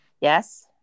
Yes